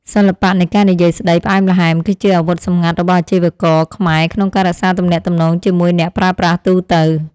សិល្បៈនៃការនិយាយស្ដីផ្អែមល្ហែម គឺជាអាវុធសម្ងាត់របស់អាជីវករខ្មែរក្នុងការរក្សាទំនាក់ទំនងជាមួយអ្នកប្រើប្រាស់ទូទៅ។